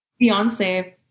Beyonce